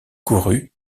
courue